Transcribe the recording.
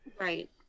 Right